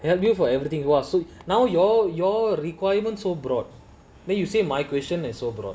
well you for everything was so now your your requirements so broad then you say migration as oprah